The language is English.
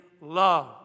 love